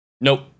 nope